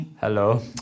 Hello